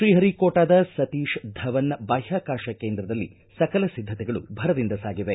ಶ್ರೀಹರಿ ಕೋಟಾದ ಸತೀತ ಧವನ್ ಬಾಹ್ಹಾಕಾಶ ಕೇಂದ್ರದಲ್ಲಿ ಸಕಲ ಸಿದ್ದತೆಗಳು ಭರದಿಂದ ಸಾಗಿವೆ